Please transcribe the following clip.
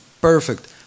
perfect